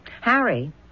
Harry